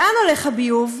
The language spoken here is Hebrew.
לאן הולך הביוב?